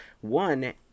one